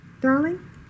darling